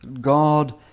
God